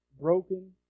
broken